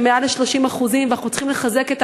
שהם מעל 30% ואנחנו צריכים לחזק את